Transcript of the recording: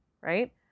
Right